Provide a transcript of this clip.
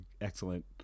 Excellent